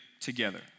together